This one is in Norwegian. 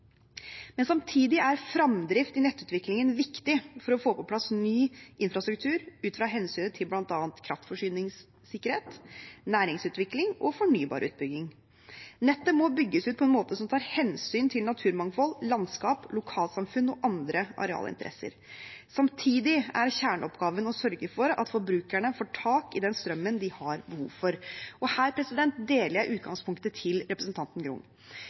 Men samtidig er fremdrift i nettutviklingen viktig for å få på plass ny infrastruktur ut fra hensynet til bl.a. kraftforsyningssikkerhet, næringsutvikling og fornybarutbygging. Nettet må bygges ut på en måte som tar hensyn til naturmangfold, landskap, lokalsamfunn og andre arealinteresser. Samtidig er kjerneoppgaven å sørge for at forbrukerne får tak i den strømmen de har behov for, og her deler jeg utgangspunktet til representanten Grung.